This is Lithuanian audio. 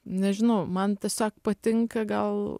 nežinau man tiesiog patinka gal